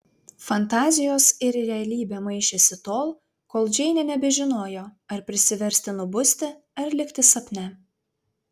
fantazijos ir realybė maišėsi tol kol džeinė nebežinojo ar prisiversti nubusti ar likti sapne